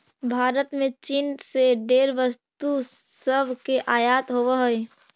भारत में चीन से ढेर वस्तु सब के आयात होब हई